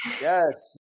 Yes